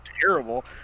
terrible